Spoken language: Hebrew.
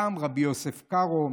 גם רבי יוסף קארו,